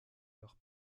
leur